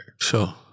Sure